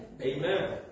Amen